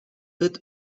fit